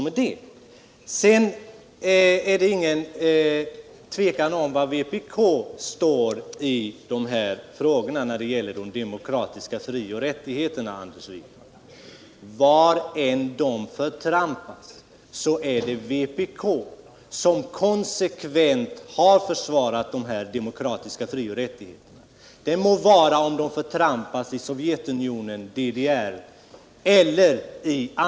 Sedan råder det inget tvivel om var vpk står när det gäller de demokratiska fri och rättigheterna. Var dessa än förtrampas — det må ske i Sovjetunionen, i DDR eller i andra länder — är det vpk som konsekvent försvarar dem.